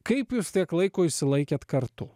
kaip jūs tiek laiko išsilaikėt kartu